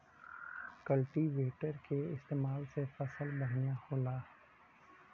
cultivator के इस्तेमाल से फसल बढ़िया होला